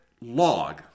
log